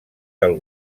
del